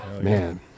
Man